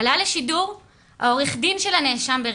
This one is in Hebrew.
עלה לשידור עורך הדין של הנאשם ברצח,